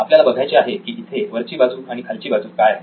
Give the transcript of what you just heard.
आपल्याला बघायचे आहे की इथे वरची बाजू आणि खालची बाजू काय आहे